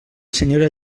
senyora